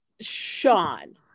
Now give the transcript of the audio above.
sean